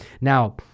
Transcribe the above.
Now